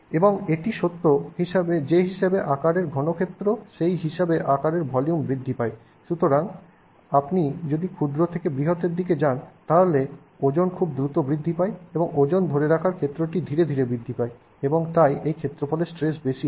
এবং এটি সত্য যে হিসাবে আকারের ঘনক্ষেত্র সেই আকার হিসাবে ভলিউম বৃদ্ধি পায় সুতরাং আপনি যদি ক্ষুদ্র থেকে বৃহৎ এর দিকে যান তাহলে ওজন খুব দ্রুত বৃদ্ধি পায় এবং ওজন ধরে রাখার ক্ষেত্রটি ধীরে ধীরে বৃদ্ধি পায় এবং তাই একই ক্ষেত্রফলের স্ট্রেস বেশি হয়